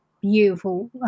beautiful